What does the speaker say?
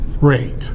rate